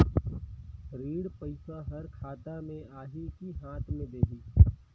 ऋण पइसा हर खाता मे आही की हाथ मे देही?